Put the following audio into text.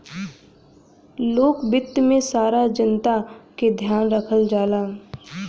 लोक वित्त में सारा जनता क ध्यान रखल जाला